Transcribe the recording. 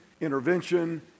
intervention